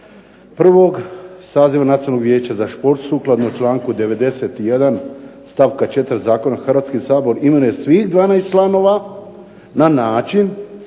vijeća za šport sukladno članku 91. stavka 4. Zakona Hrvatski sabor imenuje svih 12 članova na način